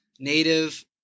Native